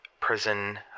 prison